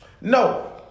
No